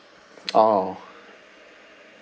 orh